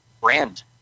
brand